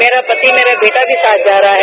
मेरा पति मेरा बेटा भी साथ जा रहे हैं